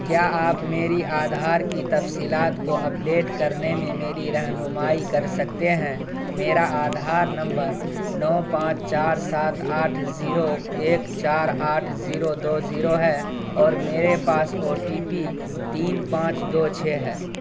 کیا آپ میری آدھار کی تفصیلات کو اپڈیٹ کرنے میں میری رہنمائی کر سکتے ہیں میرا آدھار نمبر نو پانچ چار سات آٹھ زیرو ایک چار آٹھ زیرو دو زیرو ہے اور میرے پاس او ٹی پی تین پانچ دو چھ ہے